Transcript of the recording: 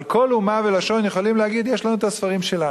אבל כל אומה ולשון יכולים להגיד: יש לנו את הספרים שלנו.